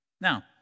Now